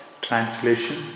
Translation